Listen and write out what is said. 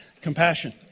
compassion